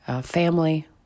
family